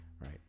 right